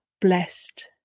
blessed